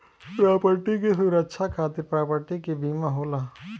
property के सुरक्षा खातिर प्रॉपर्टी के बीमा होला